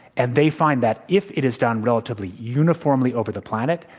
and they find that, if it is done relatively uniformly over the planet,